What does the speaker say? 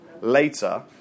later